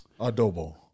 Adobo